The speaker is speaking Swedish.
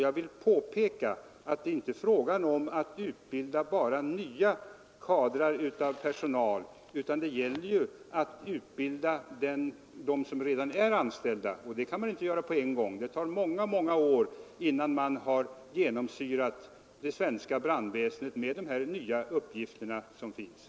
Jag vill påpeka att det är inte fråga om att bara utbilda nya kadrar av personal, utan det gäller ju att utbilda dem som redan är anställda. Det kan man inte göra på en gång — det tar många, många år innan man har genomsyrat det svenska brandväsendet med dessa nya inslag.